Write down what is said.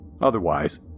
otherwise